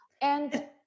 And-